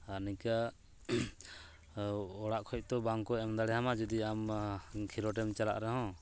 ᱟᱨ ᱱᱤᱠᱟᱹ ᱚᱲᱟᱜ ᱠᱷᱚᱱ ᱛᱚ ᱵᱟᱝᱠᱚ ᱮᱢᱫᱟᱲᱮᱭᱟᱢᱟ ᱡᱩᱫᱤ ᱟᱢ ᱠᱷᱮᱞᱳᱰᱮᱢ ᱪᱟᱞᱟᱜ ᱨᱮᱦᱚᱸ